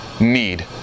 need